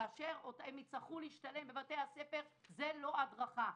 כאשר הם יצטרכו להשתלם בבתי הספר זה לא הדרכה.